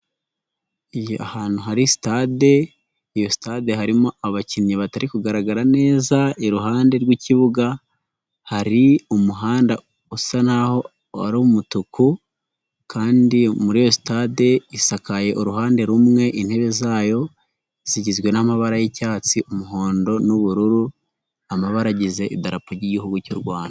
Ahantu hari sitade iyo stade harimo abakinnyi batari kugaragara neza iruhande rw'ikibuga hari umuhanda usa naho ari umutuku kandi muri stade isakaye uruhande rumwe intebe zayo zigizwe n'amabara y'icyatsi umuhondo, n'ubururu amabara agize idarapo ry'igihugu cy'u Rwanda.